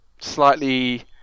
slightly